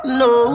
no